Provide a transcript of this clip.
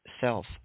self